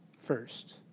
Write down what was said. first